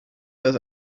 dass